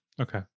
Okay